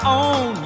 on